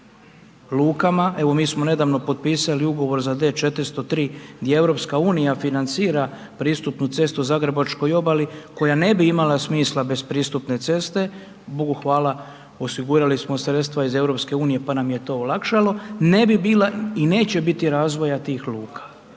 lukama, evo mi smo nedavno potpisali ugovor za D403, di EU financira pristupnu cestu zagrebačkoj obali koja ne bi imala smisla bez pristupne ceste. Bogu hvala, osigurali smo sredstava iz EU, pa nam je to olakšalo, ne bi bila i neće biti razvoja tih luka.